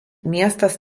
miestas